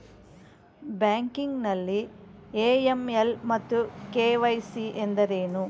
Banking ನಲ್ಲಿ AML ಮತ್ತು KYC ಎಂದರೇನು?